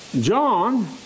John